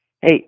hey